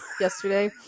Yesterday